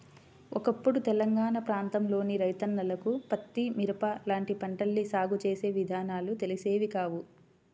ఒకప్పుడు తెలంగాణా ప్రాంతంలోని రైతన్నలకు పత్తి, మిరప లాంటి పంటల్ని సాగు చేసే విధానాలు తెలిసేవి కాదు